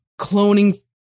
cloning